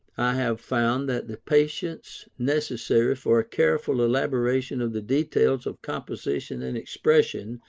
i have found that the patience necessary for a careful elaboration of the details of composition and expression,